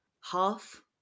half